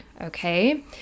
okay